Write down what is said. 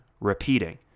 Repeating